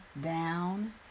down